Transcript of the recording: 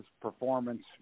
performance